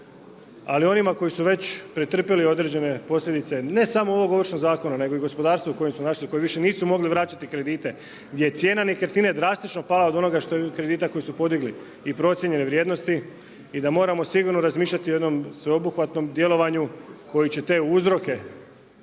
ali onima koji su već pretrpjeli određene posljedice ne samo ovog Ovršnog zakona nego i gospodarstvo u kojem su se našli u kojem više nisu mogli vraćati kredite, gdje je cijena nekretnine drastično pala od onoga kredita koji su podigli i procijenjene vrijednosti i da moramo sigurno razmišljati o jednom sveobuhvatnom djelovanju koji će te uzroke